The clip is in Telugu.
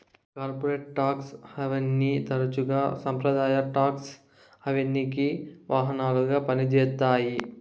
కార్పొరేట్ టాక్స్ హావెన్ని తరచుగా సంప్రదాయ టాక్స్ హావెన్కి వాహనాలుగా పంజేత్తాయి